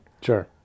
Sure